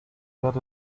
that